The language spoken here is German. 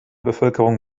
bevölkerung